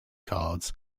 cards